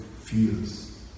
feels